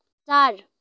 चार